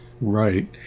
Right